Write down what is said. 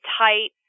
tight